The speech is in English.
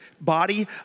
body